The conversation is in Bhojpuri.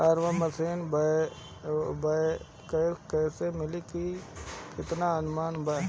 फारम मशीनरी बैक कैसे मिली कितना अनुदान बा?